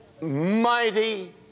mighty